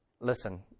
listen